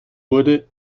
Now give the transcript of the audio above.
wurde